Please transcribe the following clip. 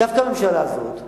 דווקא הממשלה הזאת,